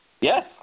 Yes